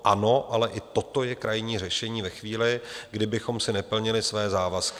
Ano, ale i toto je krajní řešení ve chvíli, kdy bychom si neplnili svoje závazky.